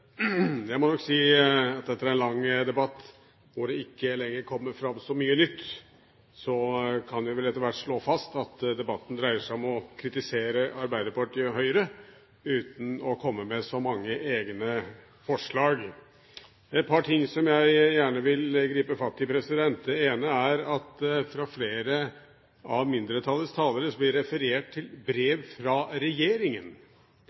Jeg må nok si at etter en lang debatt hvor det ikke lenger kommer fram så mye nytt, kan vi etter hvert slå fast at debatten dreier seg om å kritisere Arbeiderpartiet og Høyre uten at man kommer med så mange egne forslag. Det er et par ting som jeg gjerne vil gripe fatt i. Det ene er at det fra flere av mindretallets talere blir referert til